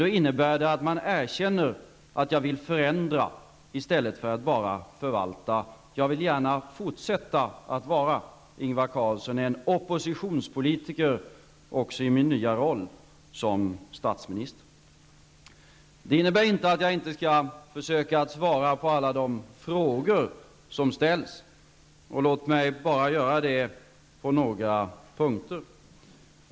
Det innebär att man erkänner att jag vill förändra i stället för att bara förvalta. Jag vill gärna fortsätta att vara, Ingvar Carlsson, en oppositionspolitiker i min nya roll som statsminister. Det innebär inte att jag inte skall försöka svara på de frågor som ställs. Låt mig göra det på några punkter.